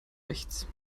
rechts